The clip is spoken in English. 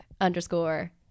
underscore